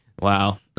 Wow